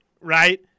right